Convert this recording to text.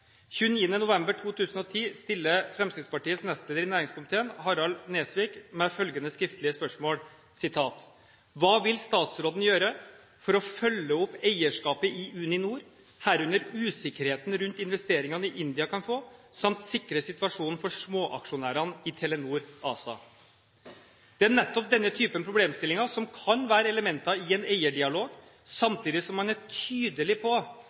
november 2010 stilte Fremskrittspartiets nestleder i næringskomiteen, Harald T. Nesvik, meg følgende skriftlige spørsmål: «Hva vil statsråden gjøre for å følge opp eierskapet i Uninor, herunder usikkerheten rundt investeringene i India, samt sikre situasjonen for småaksjonærene i Telenor ASA?» Det er nettopp denne typen problemstillinger som kan være elementer i en eierdialog, samtidig som man er tydelig på